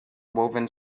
woven